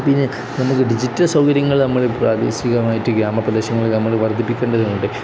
പിന്നെ നമുക്ക് ഡിജിറ്റൽ സൗകര്യങ്ങള് നമ്മള് പ്രാദേശികമായിട്ട് ഗ്രാമപ്രദേശങ്ങളില് നമ്മള് വർദ്ധിപ്പിക്കേണ്ടതുണ്ട്